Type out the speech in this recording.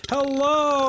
Hello